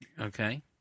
Okay